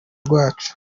rwacu